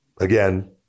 Again